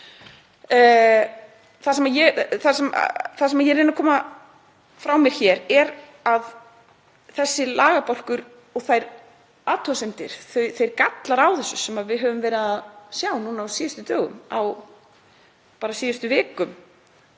það sem ég er að reyna að koma frá mér er að þessi lagabálkur og þær athugasemdir, þeir gallar á þessu sem við höfum verið að sjá núna á síðustu dögum, bara á síðustu vikum,